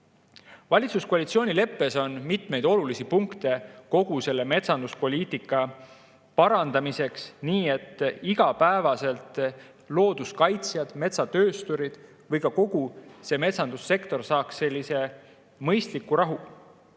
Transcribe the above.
Valitsuskoalitsioonileppes on mitmeid olulisi punkte kogu metsanduspoliitika parandamiseks, nii et looduskaitsjad, metsatöösturid ja ka kogu metsandussektor saavutaks mõistliku rahu.